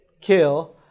kill